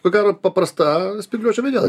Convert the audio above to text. ko gero paprasta spygliuočių mediena